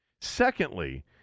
Secondly